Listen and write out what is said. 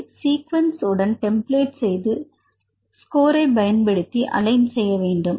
அதை சீக்வென்ஸ் உடன் டெம்ப்ளேட் சேர்த்து ஸ்கோரை பயன்படுத்தி அலைன் செய்ய வேண்டும்